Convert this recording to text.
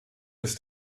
ist